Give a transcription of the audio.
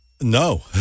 No